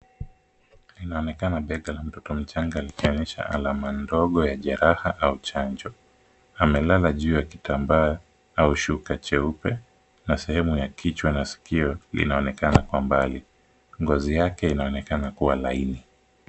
Inaonekana bega la mtoto mchanga likionyesha alama ndogo ya jeraha au chanjo. Amelala juu ya kitambaa au shuka cheupe na sehemu ya kichwa na sikio linaonekana kwa mbali. Ngozi yake inaonekana kuwa laini.